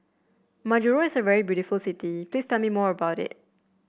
Majuro is a very beautiful city please tell me more about it